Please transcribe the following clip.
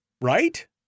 right